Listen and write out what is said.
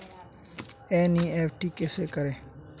NEFT कैसे करें?